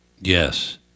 Yes